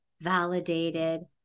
validated